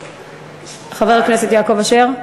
חבר הכנסת יעקב אשר?